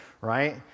right